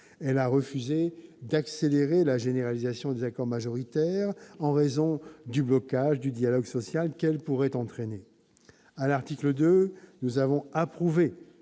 Elle a refusé d'accélérer la généralisation des accords majoritaires en raison du blocage du dialogue social qu'elle pourrait entraîner. À l'article 2, nous avons approuvé